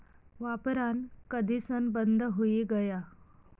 वापरान कधीसन बंद हुई गया